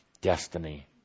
destiny